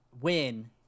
win